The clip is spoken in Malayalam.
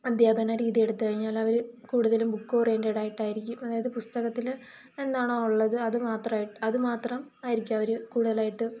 അധ്യാപന രീതി എടുത്തുകഴിഞ്ഞാല് അവര് കൂടുതലും ബുക്ക് ഓറിയെന്റ്റ്ഡായിട്ടായിരിക്കും അതായത് പുസ്തകത്തില് എന്താണോ ഒള്ളത് അത് മാത്രാമാണ് അത് മാത്രം ആയിരിക്കും അവര് കൂടുതലായിട്ട്